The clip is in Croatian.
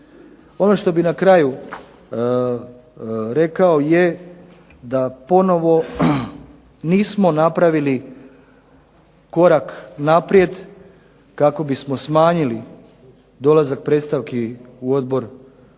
Ono što bih na kraju rekao je da ponovno nismo napravili korak naprijed kako bismo smanjili dolazak predstavki u odbor od